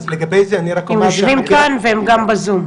הם יושבים כאן והם גם בזום.